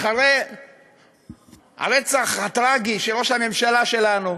שאחרי הרצח הטרגי של ראש הממשלה שלנו,